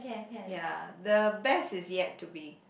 ya the best is yet to be